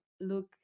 look